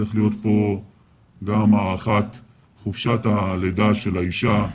צריך להאריך את חופשת הלידה של האישה.